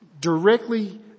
Directly